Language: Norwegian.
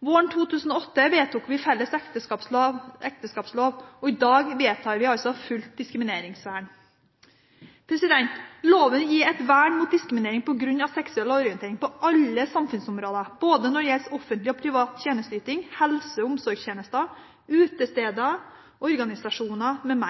Våren 2008 vedtok vi felles ekteskapslov, og i dag vedtar vi altså fullt diskrimineringsvern. Loven vil gi et vern mot diskriminering på grunn av seksuell orientering på alle samfunnsområder, både når det gjelder offentlig og privat tjenesteyting, helse- og omsorgstjenester, utesteder, organisasjoner m.m.